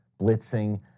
blitzing